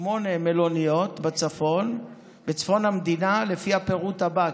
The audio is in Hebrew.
שמונה מלוניות בצפון המדינה לפי הפירוט הבא,